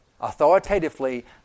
Authoritatively